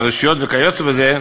הרשויות וכיוצא בזה,